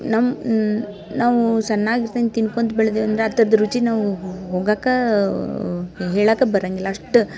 ನಮ್ಮ ನಾವು ಸಣ್ಣಾಗ ಇರ್ತಿಂದ ತಿನ್ಕೊಂತ ಬೆಳ್ದಿವಂದ್ರೆ ಅಂಥದ್ ರುಚಿ ನಾವು ಹೋಗಕಾ ಹೇಳಾಕೆ ಬರೋಂಗಿಲ್ಲ ಅಷ್ಟು